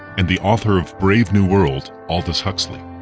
and the author of brave new world, aldous huxley.